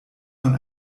von